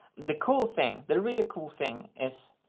the cool thing. the really cool thing is.